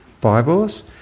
Bibles